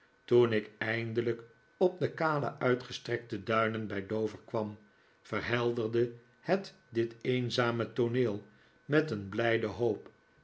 toen ik eindelijk op de kale uitgestrekte duinen bij dover kwam verhelderde het dit eenzame tooneel met een blijde hoop